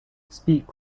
speak